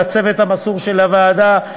לצוות המסור של הוועדה,